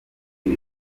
iri